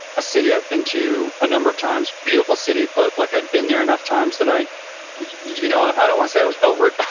a city i've been to a number of times. beautiful city. but like i'd been there enough times that i you know i don't want to say i was over it,